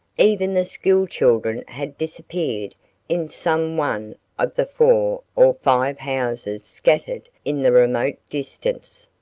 even the school children had disappeared in some one of the four or five houses scattered in the remote distance.